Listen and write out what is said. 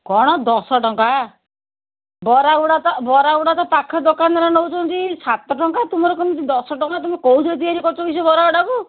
କ'ଣ ଦଶ ଟଙ୍କା ବରା ଗୁଡ଼ାକ ବରା ଗୁଡ଼ାକ ପାଖ ଦୋକାନରେ ନେଉଛନ୍ତି ସାତ ଟଙ୍କା ତୁମର କ'ଣ ଦଶ ଟଙ୍କା ତୁମେ କେଉଁଥିରେ ତିଆରି କରୁଛ କି ସେ ବରା ଗୁଡ଼ାକୁ